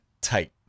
Tight